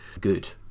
good